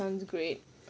that sounds great